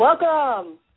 Welcome